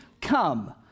Come